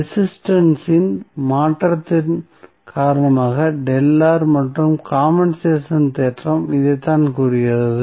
resistance இன் மாற்றத்தின் காரணமாக மற்றும் காம்பென்சேஷன் தேற்றம் இதைத்தான் கூறுகிறது